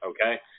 Okay